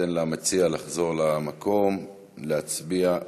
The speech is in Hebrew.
ניתן למציע לחזור למקום ולהצביע.